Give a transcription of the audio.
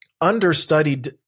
understudied